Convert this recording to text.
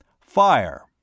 Fire